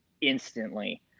instantly